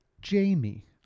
Jamie